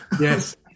yes